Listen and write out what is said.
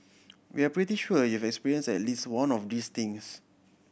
we're pretty sure you've experienced at least one of these things